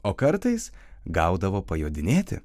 o kartais gaudavo pajodinėti